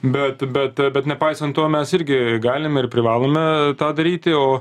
bet bet bet nepaisant to mes irgi galime ir privalome tą daryti o